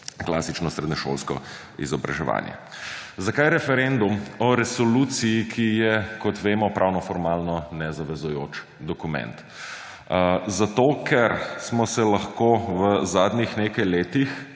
klasično srednješolsko izobraževanje. Zakaj referendum o resoluciji, ki je, kot vemo, pravnoformalno nezavezujoč dokument? Zato, ker smo se lahko v zadnjih nekaj letih